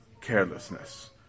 carelessness